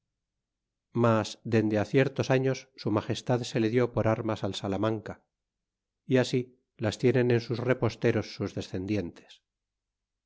mas dende ciertos años su magestad se le dió por armas al salamanca y así las tienen en sus reposteros sus descendientes